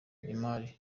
imari